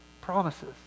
promises